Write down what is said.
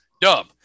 Dub